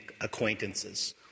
acquaintances